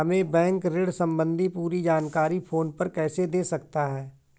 हमें बैंक ऋण संबंधी पूरी जानकारी फोन पर कैसे दे सकता है?